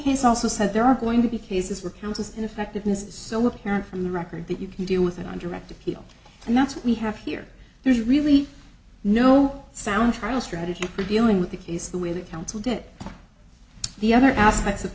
he's also said there are going to be cases where countless ineffectiveness so look not from the record that you can deal with it on direct appeal and that's what we have here there's really no sound trial strategy for dealing with the case the way the council did it the other aspects of